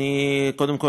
קודם כול,